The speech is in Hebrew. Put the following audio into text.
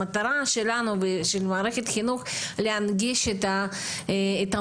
המטרה שלנו ושל מערכת החינוך, להנגיש את המורשת